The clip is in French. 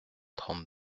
trente